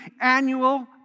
annual